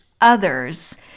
others